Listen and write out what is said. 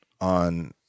on